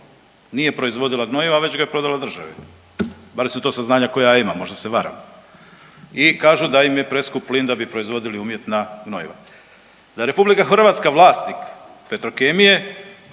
nije proizvodila gnojiva već ga je prodala državi, barem su to saznanja koja ja imam, možda se varam i kažu da im je preskup plin da bi proizvodili umjetna gnojiva. Da je RH vlasnik Petrokemije